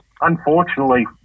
unfortunately